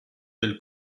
del